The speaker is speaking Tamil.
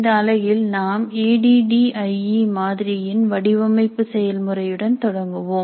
இந்த அலகில்நாம் A D D I E மாதிரியின் வடிவமைப்பு செயல்முறை யுடன் தொடங்குவோம்